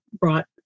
brought